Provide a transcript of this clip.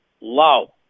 low